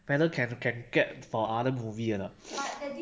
whether can can get for other movie or not